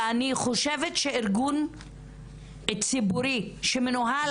אני חושבת שארגון ציבורי שמנוהל